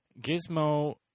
Gizmo